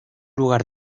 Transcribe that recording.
lugar